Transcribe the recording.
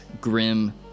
grim